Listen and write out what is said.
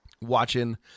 watching